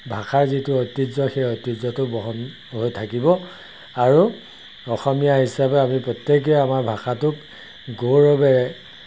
ভাষাৰ যিটো ঐতিহ্য সেই ঐতিহ্যটো বহন হৈ থাকিব আৰু অসমীয়া হিচাপে আমি প্ৰত্যেকে আমাৰ ভাষাটোক গৌৰৱেৰে